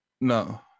No